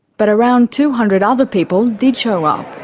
but around two hundred other people did show up.